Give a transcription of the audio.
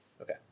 Okay